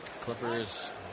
Clippers